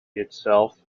itself